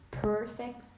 perfect